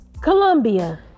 Colombia